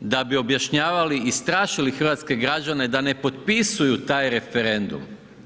da bi objašnjavali i strašili hrvatske građane da ne potpisuju taj referendum.